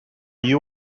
you